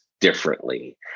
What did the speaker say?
differently